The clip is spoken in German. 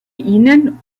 ihnen